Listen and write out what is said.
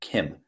Kim